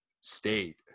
state